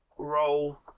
roll